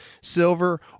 silver